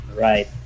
right